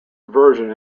version